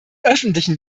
öffentlichen